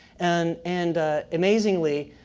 and and amazingly,